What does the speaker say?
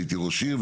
אני הייתי ראש עיר,